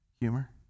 humor